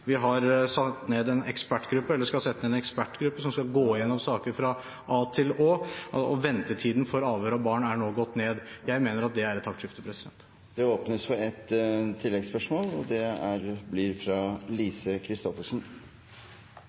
Vi skal sette ned en ekspertgruppe som skal gå gjennom saker fra A til Å, og ventetiden for avhør av barn er nå gått ned. Jeg mener at det er et taktskifte. Det åpnes for ett oppfølgingsspørsmål – fra Lise Christoffersen. Ventetid påvirkes også av antall saker, og